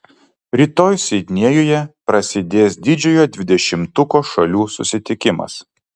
rytoj sidnėjuje prasidės didžiojo dvidešimtuko šalių susitikimas